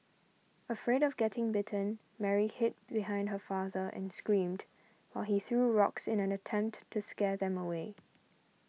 afraid of getting bitten Mary hid behind her father and screamed while he threw rocks in an attempt to scare them away